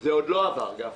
זה עוד לא עבר, גפני.